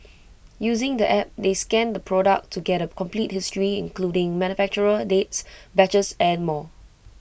using the app they scan the product to get A complete history including manufacturer dates batches and more